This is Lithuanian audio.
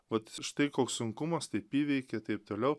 vat štai koks sunkumas taip įveikė taip toliau